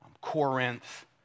Corinth